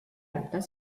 das